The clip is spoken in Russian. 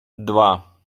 два